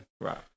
Right